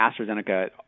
AstraZeneca